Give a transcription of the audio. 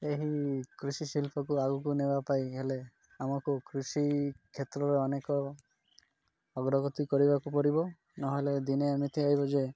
ଏହି କୃଷି ଶିଳ୍ପକୁ ଆଗକୁ ନେବା ପାଇଁ ହେଲେ ଆମକୁ କୃଷି କ୍ଷେତ୍ରରେ ଅନେକ ଅଗ୍ରଗତି କରିବାକୁ ପଡ଼ିବ ନହେଲେ ଦିନେ ଏମିତି ହେବ ଯେ